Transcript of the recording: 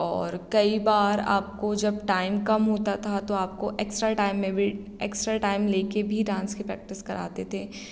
और कई बार आपको जब टाइम कम होता था तो आपको एक्स्ट्रा टाइम में भी एक्स्ट्रा टाइम लेकर भी डांस की प्रैक्टिस कराते थे